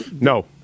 No